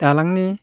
दालांनि